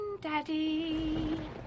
daddy